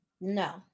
No